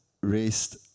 raised